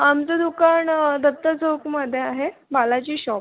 आमचं दुकान दत्त चौकमध्ये आहे बालाजी शॉप